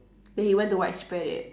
then he went to widespread it